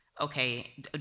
okay